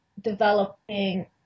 developing